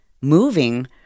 moving